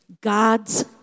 God's